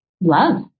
love